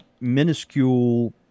minuscule